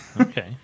Okay